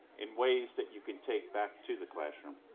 in ways that you can take back to the classroom.